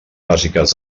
bàsiques